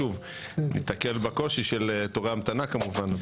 שוב, ניתקל בקושי של תורי המתנה כמובן.